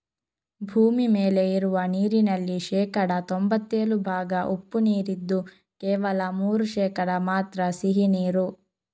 ಭೂಮಿ ಮೇಲೆ ಇರುವ ನೀರಿನಲ್ಲಿ ಶೇಕಡಾ ತೊಂಭತ್ತೇಳು ಭಾಗ ಉಪ್ಪು ನೀರಿದ್ದು ಕೇವಲ ಮೂರು ಶೇಕಡಾ ಮಾತ್ರ ಸಿಹಿ ನೀರು